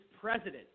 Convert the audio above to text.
president